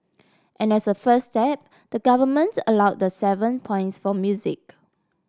and as a first step the government allowed the seven points for music